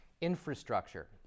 infrastructure